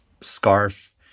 scarf